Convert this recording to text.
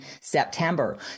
September